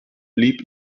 blieb